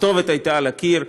הכתובת הייתה על הקיר,